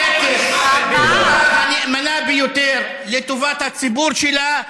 עוסקת בפעולה הנאמנה ביותר לטובת הציבור שלה,